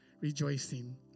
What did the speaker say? rejoicing